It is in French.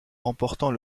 remportant